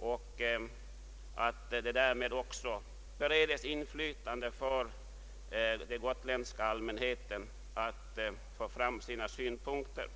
därför att därmed också den gotländska allmänheten beredes medinflytande.